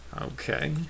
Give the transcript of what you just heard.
Okay